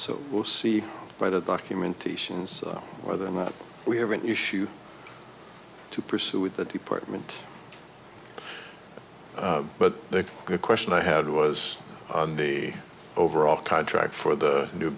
so we'll see by the documentations whether or not we have an issue to pursue with the department but the good question i had was on the overall contract for the new